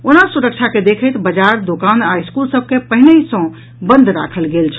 ओना सुरक्षा के देखैत बाजार दोकान आ स्कूल सभ के पहिने सँ बंद राखल गेल छल